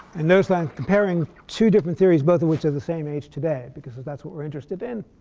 and notice that i'm comparing two different theories, both of which are the same age today. because that's what we're interested in.